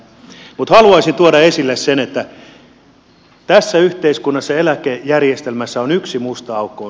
mutta haluaisin tuoda esille sen että tässä yhteiskunnassa eläkejärjestelmässä on yksi musta aukko